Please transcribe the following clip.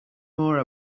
more